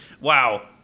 Wow